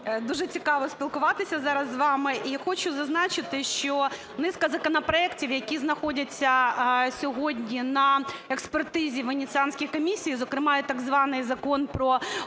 дуже цікаво спілкуватися зараз з вами. І я хочу зазначити, що низка законопроектів, які знаходяться сьогодні на експертизі Венеціанської комісії, зокрема і так званий Закон про олігархів,